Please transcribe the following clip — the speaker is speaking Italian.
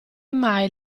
mai